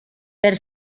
per